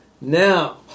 now